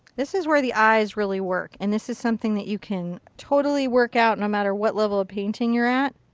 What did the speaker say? this is where the eye is really work. and this is something that you can totally work out no matter what level painting you're at.